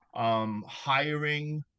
Hiring